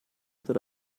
that